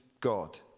God